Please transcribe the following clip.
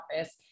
office